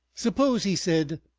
suppose, he said,